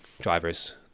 drivers